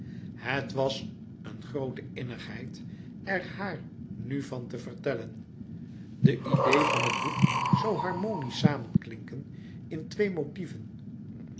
het was een groote innigheid er haar nu van te vertellen de idee van het boek zoû harmonisch samenklinken in twee motieven